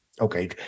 okay